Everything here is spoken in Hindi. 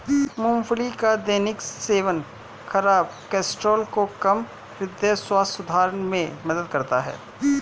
मूंगफली का दैनिक सेवन खराब कोलेस्ट्रॉल को कम, हृदय स्वास्थ्य सुधार में मदद करता है